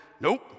Nope